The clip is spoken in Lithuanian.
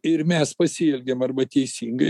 ir mes pasielgiam arba teisingai